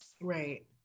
right